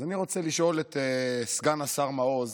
אז אני רוצה לשאול את סגן השר מעוז